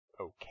okay